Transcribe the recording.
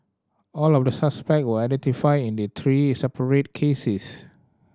all of the suspect were identified in the three separate cases